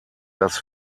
das